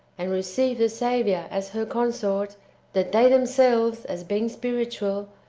and receive the saviour as her consort that they themselves, as being spiritual,